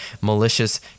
malicious